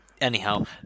Anyhow